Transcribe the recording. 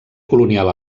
colonial